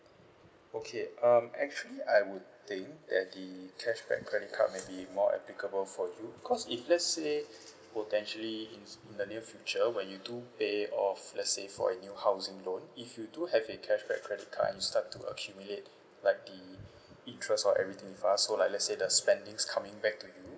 okay um actually I would think that the cashback credit card may be more applicable for you cause if let's say potentially in in the future where you do pay off let's say for a new housing loan if you do have a cashback credit card and you start to accumulate like the interest or everything with us so like let's say the spending's coming back to you